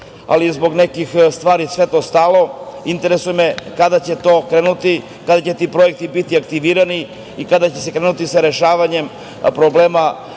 ali zbog nekih stvari sve je to stalo. Interesuje me kada će to krenuti? Kada će ti projekti biti aktivirani? Kada će se krenuti sa rešavanjem problema